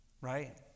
right